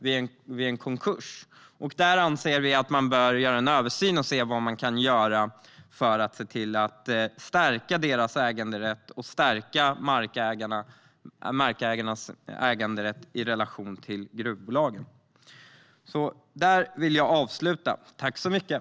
Vi anser att man bör göra en översyn och se vad man kan göra för att stärka markägarnas äganderätt i relation till gruvbolagen.